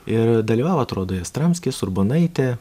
ir dalyvavo atrodo jastramskis urbonaitė